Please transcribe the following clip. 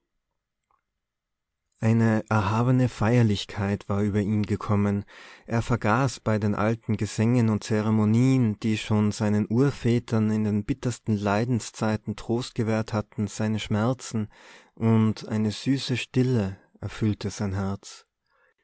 eine erhabene feierlichkeit war über ihn gekommen er vergaß bei den alten gesängen und zeremonien die schon seinen urvätern in den bittersten leidenszeiten trost gewährt hatten seine schmerzen und eine süße stille erfüllte sein herz